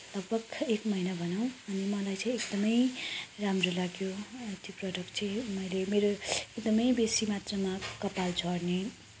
लगभग एक महिना भनौँ अनि मलाई चाहिँ एकदमै राम्रो लाग्यो अनि त्यो प्रडक्ट चाहिँ मैले मेरो एकदमै बेसी मात्रामा कपाल झर्ने